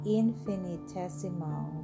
infinitesimal